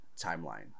timeline